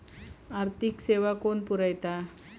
आर्थिक सेवा कोण पुरयता?